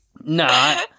No